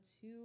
two